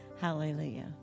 Hallelujah